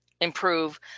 improve